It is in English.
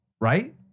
Right